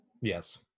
yes